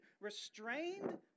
restrained